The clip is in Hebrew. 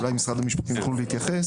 ואולי משרד המשפטים יוכלו להתייחס.